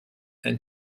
and